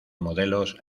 modelos